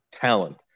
talent